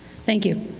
thank you.